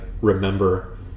remember